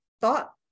thought